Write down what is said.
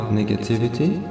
negativity